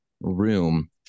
room